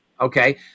Okay